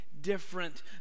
different